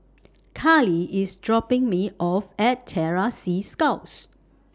Karlee IS dropping Me off At Terror Sea Scouts